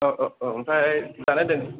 औ औ औ आमफ्राइ जानायदों